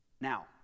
Now